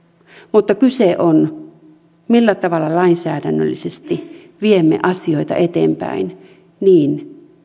mutta kyse on siitä millä tavalla lainsäädännöllisesti viemme asioita eteenpäin niin